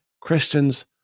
Christians